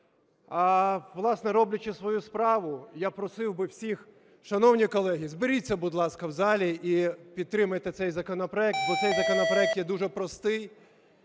що. Власне, роблячи свою справу, я просив би всіх, шановні колеги, зберіться, будь ласка, в залі і підтримайте цей законопроект, бо цей законопроект є дуже простий.